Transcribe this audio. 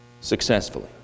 successfully